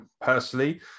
personally